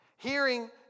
Hearing